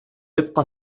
ابق